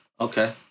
Okay